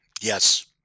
Yes